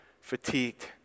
fatigued